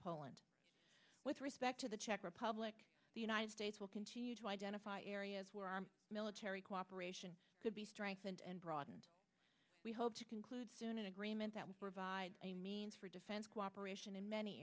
poland with respect to the czech republic the united states will continue to identify areas where armed militia cooperation could be strengthened and broadened we hope to conclude soon an agreement that would provide a means for defense cooperation in many